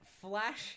Flash